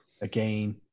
Again